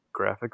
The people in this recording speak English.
graphics